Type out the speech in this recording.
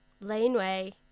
laneway